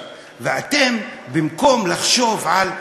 ואתם, במקום לחשוב על,